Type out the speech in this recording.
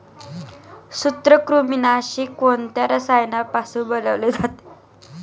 सूत्रकृमिनाशी कोणत्या रसायनापासून बनवले जाते?